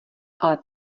ale